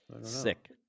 Sick